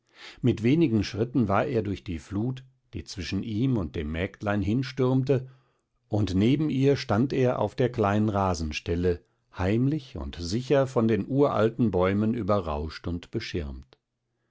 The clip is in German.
mit wenigen schritten war er durch die flut die zwischen ihm und dem mägdlein hinstürmte und neben ihr stand er auf der kleinen rasenstelle heimlich und sicher von den uralten bäumen überrauscht und beschirmt